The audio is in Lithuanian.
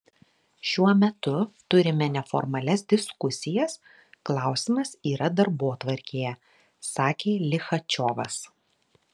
šiuo metu turime neformalias diskusijas klausimas yra darbotvarkėje sakė lichačiovas